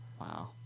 Wow